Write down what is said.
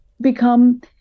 Become